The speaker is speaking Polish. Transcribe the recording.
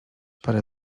parę